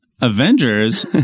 Avengers